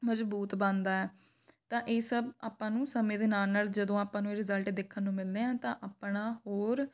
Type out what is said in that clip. ਮਜ਼ਬੂਤ ਬਣਦਾ ਤਾਂ ਇਹ ਸਭ ਆਪਾਂ ਨੂੰ ਸਮੇਂ ਦੇ ਨਾਲ ਨਾਲ ਜਦੋਂ ਆਪਾਂ ਨੂੰ ਇਹ ਰਿਜ਼ਲਟ ਦੇਖਣ ਨੂੰ ਮਿਲਦੇ ਆ ਤਾਂ ਆਪਣਾ ਹੋਰ